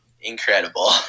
incredible